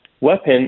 weapon